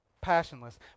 passionless